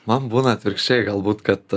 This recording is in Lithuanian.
man būna atvirkščiai galbūt kad